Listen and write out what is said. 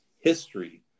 history